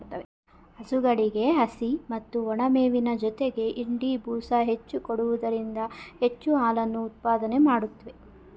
ಹಸುಗಳಿಗೆ ಹಸಿ ಮತ್ತು ಒಣಮೇವಿನ ಜೊತೆಗೆ ಹಿಂಡಿ, ಬೂಸ ಹೆಚ್ಚು ಕೊಡುವುದರಿಂದ ಹೆಚ್ಚು ಹಾಲನ್ನು ಉತ್ಪಾದನೆ ಮಾಡುತ್ವೆ